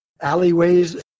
alleyways